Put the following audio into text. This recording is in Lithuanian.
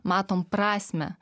matom prasmę